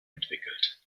entwickelt